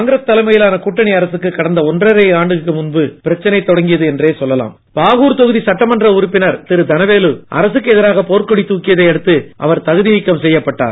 காங்கிரஸ் தலைமையிலான கூட்டணி அரசுக்கு கடந்த ஒன்றரை ஆண்டுக்கு முன்பு பிரச்சனை தொடங்கியது என்றே சொல்லலாம் பாகூர் தொகுதி சட்டமன்ற உறுப்பினர் அரசுக்கு எதிராக போர்க் கொடி தூக்கியதை அடுத்து அவர் தகுதி நீக்கம் செய்யப்பட்டார்